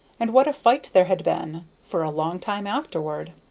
and what a fight there had been, for a long time afterward.